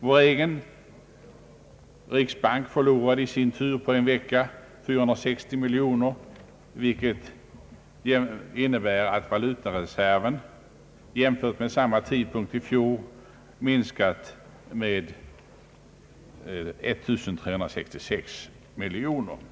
Vår egen riksbank förlorade i sin tur på en vecka 460 miljoner kronor, vilket innebär att vår valutareserv jämfört med samma tidpunkt i fjol minskat med 1 366 miljoner kronor.